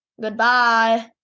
Goodbye